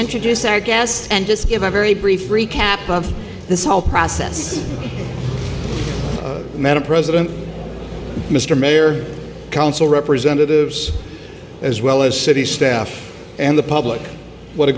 introduce our guests and just give a very brief recap of this whole process madam president mr mayor council representatives as well as city staff and the public what a